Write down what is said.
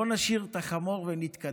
בואו נשאיר את החמור ונתקדם.